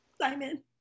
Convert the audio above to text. Simon